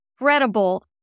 incredible